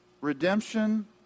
Redemption